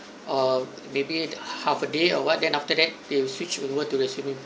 uh maybe half a day or what then after that they will switch over to the swimming pool